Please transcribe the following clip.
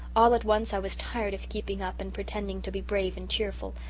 all at once i was tired of keeping up and pretending to be brave and cheerful,